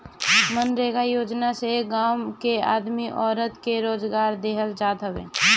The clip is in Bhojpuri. मनरेगा योजना से गांव के आदमी औरत के रोजगार देहल जात हवे